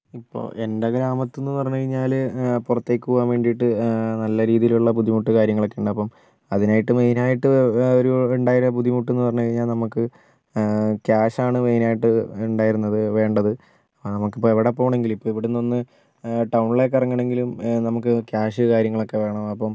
ഇപ്പോൾ എൻറ്റെ ഗ്രാമത്തെന്ന് പറഞ്ഞു കഴിഞ്ഞാൽ പുറത്തേക്ക് പോകാൻ വേണ്ടിയിട്ട് നല്ല രീതിയിലുള്ള ബുദ്ധിമുട്ട് കാര്യങ്ങളൊക്കെയുണ്ട് അപ്പം അതിനായിട്ട് മെയിൻ ആയിട്ട് ഒരു ഉണ്ടായ ഒരു ബുദ്ധിമുട്ട് എന്ന് പറഞ്ഞു കഴിഞ്ഞാൽ നമുക്ക് ക്യാഷ് ആണ് മെയിൻ ആയിട്ട് ഉണ്ടായിരുന്നത് വേണ്ടത് നമുക്ക് ഇപ്പം എവിടെ പോണമെങ്കിലും ഇപ്പോൾ ഇവിടുന്ന് ഒന്ന് ടൗണിലേക്ക് ഇറങ്ങണമെങ്കിലും നമുക്ക് ക്യാഷ് കാര്യങ്ങളൊക്കെ വേണം അപ്പം